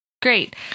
Great